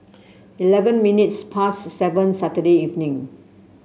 eleven minutes past seven Saturday evening